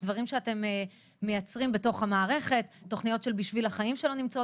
האמת שאני חייבת לומר שמדובר על תוכנית של בערך 900 ומשהו מיליון שקלים,